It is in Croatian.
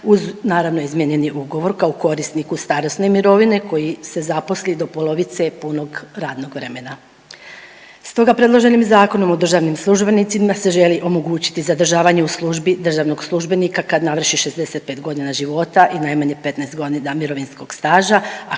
uz naravno izmijenjeni ugovor kao korisniku starosne mirovine koji se zaposli do polovice punog radnog vremena. Stoga predloženim Zakonom o državnim službenicima se želi omogućiti zadržavanje u službi državnog službenika kad navrši 65 godina života i najmanje 15 godina mirovinskog staža